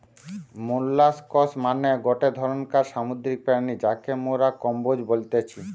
molluscs মানে গটে ধরণকার সামুদ্রিক প্রাণী যাকে মোরা কম্বোজ বলতেছি